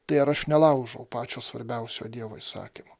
tai ar aš nelaužau pačio svarbiausio dievo įsakymo